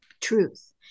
truth